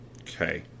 Okay